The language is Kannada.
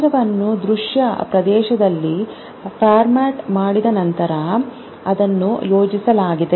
ಚಿತ್ರವನ್ನು ದೃಶ್ಯ ಪ್ರದೇಶದಲ್ಲಿ ಫಾರ್ಮ್ಯಾಟ್ ಮಾಡಿದ ನಂತರ ಅದನ್ನು ಯೋಜಿಸಲಾಗಿದೆ